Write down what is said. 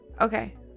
Okay